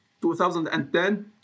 2010